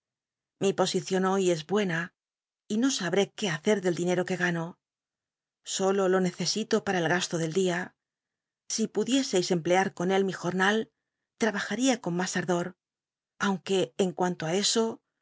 mi posicion hoy es buena y no sahé qué hace del dinero fjucgano solo lo necesito para el gasto del dia si pudieseis emplear con él mi jornal tr abajaría con mas a dor aunque en cuanto ti eso